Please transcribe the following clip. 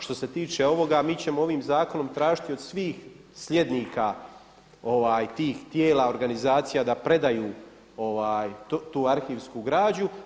Što se tiče ovoga, mi ćemo ovim zakonom tražiti od svih slijednika tih tijela organizacija da predaju tu arhivsku građu.